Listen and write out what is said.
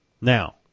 Now